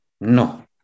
no